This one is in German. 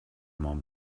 mont